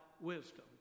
wisdom